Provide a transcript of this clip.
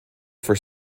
for